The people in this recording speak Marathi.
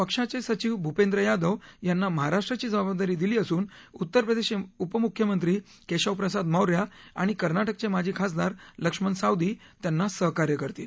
पक्षाचे सचिव भूपेंद्र यादव यांना महाराष्ट्राची जबाबदारी दिली असून उत्तर प्रदेशचे उपमुख्यमंत्री केशव प्रसाद मौर्या आणि कर्नाटकचे माजी खासदार लक्ष्मण सावदी त्यांना सहकार्य करतील